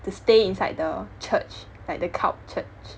the stay inside the church like the cult church